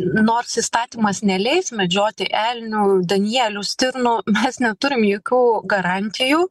nors įstatymas neleis medžioti elnių danielių stirnų mes neturim jokių garantijų